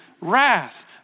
wrath